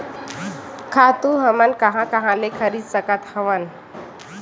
खातु हमन कहां कहा ले खरीद सकत हवन?